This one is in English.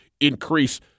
increase